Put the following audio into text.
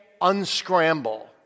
unscramble